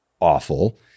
awful